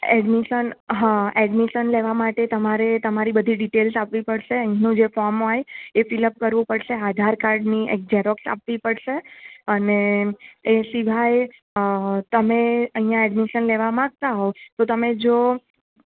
admission હ admission લેવા માટે તમારે તમારી બધી ડિટેલ્સ આપવી પડશે અહીનું જે ફોર્મ હોય એ ફિલઅપ કરવું પડશે આધાર કાર્ડની એક ઝેરોક્ષ આપવી પડશે અને એ સિવાય તમે અહીંયા એડમિશન લેવા માંગતા હો તો તમે જો